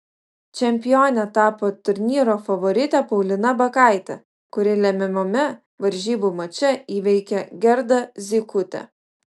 čempione tapo turnyro favoritė paulina bakaitė kuri lemiamame varžybų mače įveikė gerdą zykutę